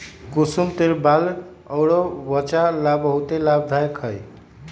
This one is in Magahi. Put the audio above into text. कुसुम तेल बाल अउर वचा ला बहुते लाभदायक हई